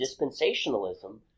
dispensationalism